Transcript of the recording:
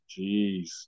jeez